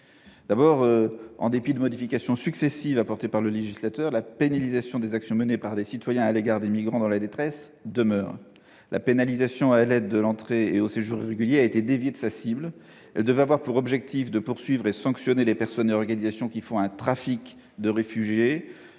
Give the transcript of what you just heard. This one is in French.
migrants. En dépit des modifications successives apportées par le législateur, la pénalisation des actions menées par des citoyens à l'égard des migrants dans la détresse demeure. De fait, la pénalisation de l'aide à l'entrée et au séjour irréguliers a été déviée de sa cible. Elle devait avoir pour objectif de poursuivre et sanctionner les personnes et organisations qui font avec les réfugiés